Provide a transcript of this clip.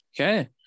okay